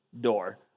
door